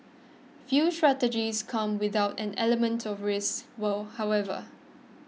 few strategies come without an element of risk well however